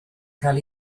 cael